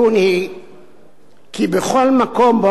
בכל מקום שמופיע בחיקוק